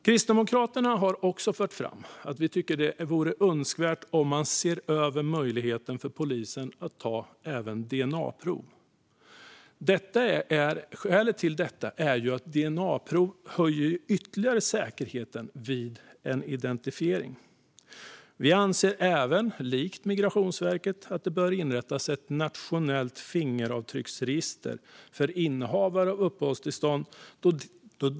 Kristdemokraterna har också fört fram att det vore önskvärt att se över möjligheten för polisen att ta dna-prov. Skälet är att dna-prov höjer säkerheten ytterligare vid en identifiering. Vi anser även, likt Migrationsverket, att det bör inrättas ett nationellt fingeravtrycksregister för innehavare av uppehållstillstånd.